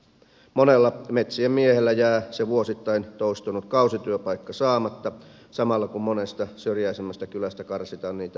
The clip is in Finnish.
monelta metsien mieheltä jää se vuosittain toistunut kausityöpaikka saamatta samalla kun monesta syrjäisemmästä kylästä karsitaan niitä viimeisiä työpaikkoja